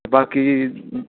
बाकी